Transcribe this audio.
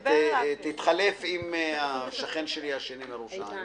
ולכן החלטנו לפני חודשים רבים לרכז את התלונות